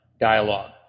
dialogue